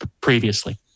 previously